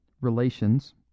relations